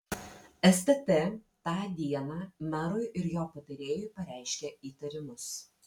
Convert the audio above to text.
stt tą dieną merui ir jo patarėjui pareiškė įtarimus